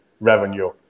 revenue